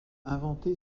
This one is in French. inventer